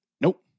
Nope